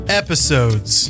episodes